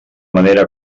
manera